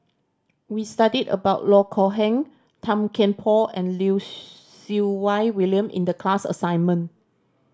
we studied about Loh Kok Heng Tan Kian Por and Lim Siew Wai William in the class assignment